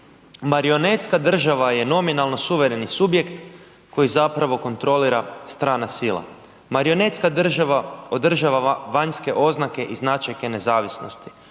Marionetska država je nominalno suvereni subjekt koji zapravo kontrolira strana sila. Marionetska država održava vanjske oznake i značajke nezavisnosti,